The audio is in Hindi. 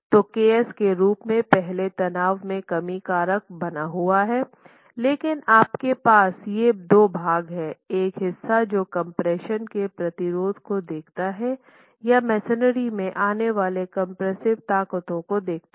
तो k s के रूप में पहले तनाव में कमी कारक बना हुआ है लेकिन आपके पास ये 2 भाग हैं एक हिस्सा जो कम्प्रेशन के प्रतिरोध को देखता है या मेसनरी से आने वाली कम्प्रेस्सिव ताक़तों को देखता है